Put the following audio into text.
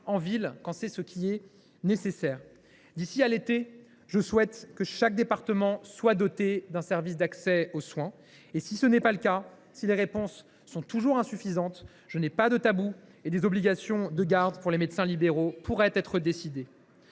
en ville quand c’est ce qui est nécessaire. D’ici à l’été prochain, je souhaite que chaque département soit doté d’un service d’accès aux soins. Si ce n’était pas le cas, si les réponses demeuraient insuffisantes – je n’ai pas de tabou –, des obligations de garde pour les médecins libéraux pourraient être mises